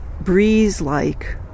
breeze-like